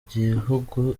gihugu